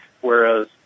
Whereas